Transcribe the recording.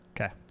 Okay